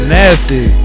nasty